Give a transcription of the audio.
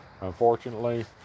Unfortunately